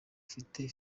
ufite